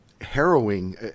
harrowing